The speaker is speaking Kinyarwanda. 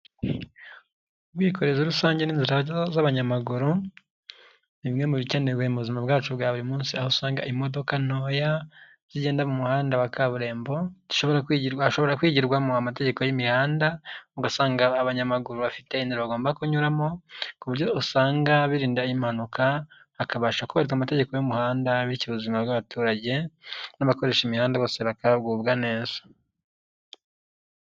Ubwikorezi rusange n'inzira z'abanyamaguru bimwe mu bikenewe muzima bwacu bwa buri munsi aho usanga imodoka ntoya zigenda mu muhanda wa kaburimbo zishobora hashobora kwigirwamo amategeko y'imihanda, ugasanga abanyamaguru bafite inzira bagomba kunyuramo ku buryo usanga birinda impanuka hakabasha kubaka amategeko y'umuhanda bityo ubuzima bw'abaturage n'abakoresha imihanda bose bakagubwa neza.